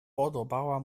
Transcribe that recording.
podobała